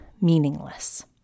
meaningless